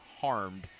harmed